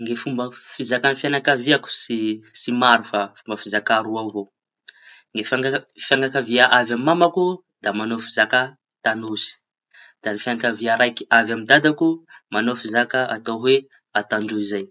Ny fomba fizakañy fiañakaviako tsy tsy maro fa fomba fizaka roa avao. Ny fiana- fianakavia avy amy mamako da mañao fizaka tañosy da ny fiañakavia raiky avy amy dadako mañao fizaka atao hoe a tandroy zay.